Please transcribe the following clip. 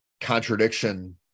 contradiction